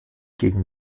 gegen